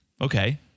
okay